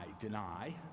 deny